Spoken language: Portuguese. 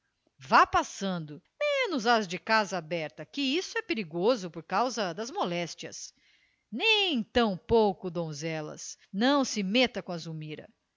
vá passando menos as de casa aberta que isso é perigoso por causa das moléstias nem tampouco donzelas não se meta com a